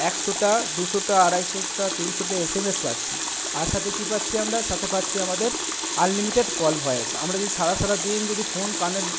একশোটা দুশোটা আড়াইশোটা তিনশোটা এস এম এস পাচ্ছি আর সাথে কি পাচ্ছি আমরা সাথে পাচ্ছি আমাদের আনলিমিটেড কল ভয়েস আমরা যদি সারা সারা দিন যদি ফোন কানের